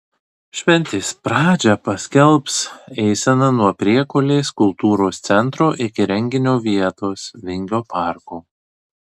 šventės pradžią paskelbs eisena nuo priekulės kultūros centro iki renginio vietos vingio parko